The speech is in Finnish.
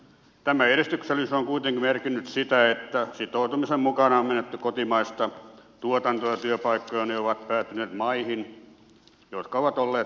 tämä edistyksellisyys on kuitenkin merkinnyt sitä että sitoutumisen mukana on menetetty kotimaista tuotantoa ja työpaikkoja ja ne ovat päätyneet maihin jotka ovat olleet paljon itsekkäämpiä